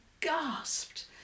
gasped